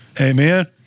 Amen